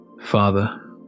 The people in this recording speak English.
Father